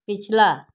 पिछला